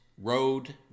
road